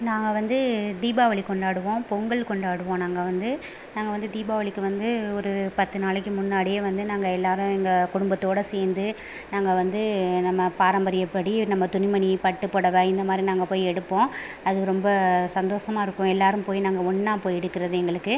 நாங்கள் வந்து தீபாவளி கொண்டாடுவோம் பொங்கல் கொண்டாடுவோம் நாங்கள் வந்து நாங்கள் வந்து தீபாவளிக்கு வந்து ஒரு பத்து நாளைக்கு முன்னாடியே வந்து நாங்கள் எல்லாரும் எங்கள் குடும்பத்தோட சேர்ந்து நாங்கள் வந்து நம்ம பாரம்பரியபடி நம்ம துணிமணி பட்டு புடவ இந்தமாதிரி நாங்கள் போய் எடுப்போம் அது ரொம்ப சந்தோஷமாகருக்கும் எல்லாரும் போய் நாங்கள் ஒன்றா போய் எடுக்கிறது எங்களுக்கு